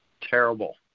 terrible